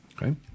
Okay